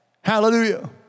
Hallelujah